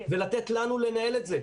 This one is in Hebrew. ולתת לנו לנהל את זה.